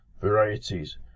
varieties